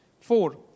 Four